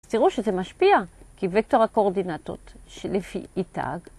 ‫תראו שזה משפיע, ‫כי וקטור הקורדינטות שלפי e'...